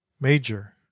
Major